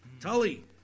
Tully